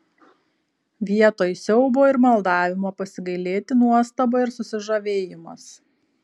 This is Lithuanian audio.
vietoj siaubo ir maldavimo pasigailėti nuostaba ir susižavėjimas